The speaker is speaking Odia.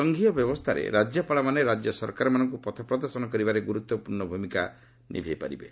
ସଂଘୀୟ ବ୍ୟବସ୍ଥାରେ ରାଜ୍ୟପାଳମାନେ ରାଜ୍ୟ ସରକାରମାନଙ୍କୁ ପଥ ପ୍ରଦର୍ଶନ କରିବାରେ ଗୁରୁତ୍ୱପୂର୍ଣ୍ଣ ଭୂମିକା ନିଭେଇପାରିବେ